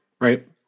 right